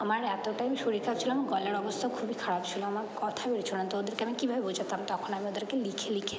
আমার এতোটাই শরীর খারাপ ছিলো আমার গলার অবস্থাও খুবই খারাপ ছিলো আমার কথা বেরোচ্ছিলো না তো ওদেরকে আমি কীভাবে বোঝাতাম তখন আমি ওদেরকে লিখে লিখে